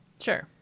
Sure